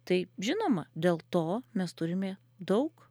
tai žinoma dėl to mes turime daug